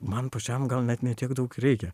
man pačiam gal net ne tiek daug ir reikia